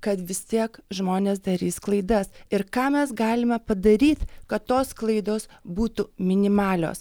kad vis tiek žmonės darys klaidas ir ką mes galime padaryti kad tos klaidos būtų minimalios